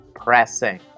pressing